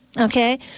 Okay